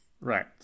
Right